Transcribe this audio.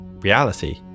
reality